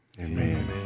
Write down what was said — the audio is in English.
Amen